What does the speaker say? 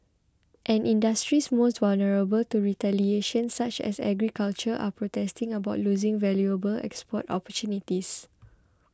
and industries most vulnerable to retaliation such as agriculture are protesting about losing valuable export opportunities